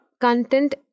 content